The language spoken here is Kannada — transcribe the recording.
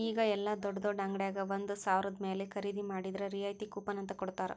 ಈಗ ಯೆಲ್ಲಾ ದೊಡ್ಡ್ ದೊಡ್ಡ ಅಂಗಡ್ಯಾಗ ಒಂದ ಸಾವ್ರದ ಮ್ಯಾಲೆ ಖರೇದಿ ಮಾಡಿದ್ರ ರಿಯಾಯಿತಿ ಕೂಪನ್ ಅಂತ್ ಕೊಡ್ತಾರ